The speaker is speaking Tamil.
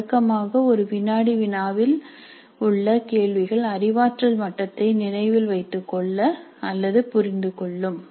வழக்கமாக ஒரு வினாடி வினாவில் உள்ள கேள்விகள் அறிவாற்றல் மட்டத்தை நினைவில் வைத்துக் கொள்ள அல்லது புரிந்துகொள்ளும்